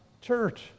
church